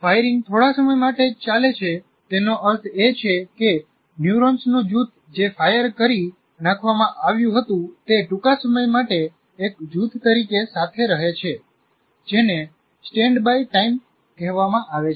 firing થોડા સમય માટે જ ચાલે છે તેનો અર્થ એ છે કે ન્યુરોન્સનું જૂથ જે ફાયર કરી નાખવામાં આવ્યું હતું તે ટૂંકા સમય માટે એક જૂથ તરીકે સાથે રહે છે જેને સ્ટેન્ડબાય ટાઇમ કહેવામાં આવે છે